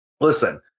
listen